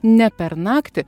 ne per naktį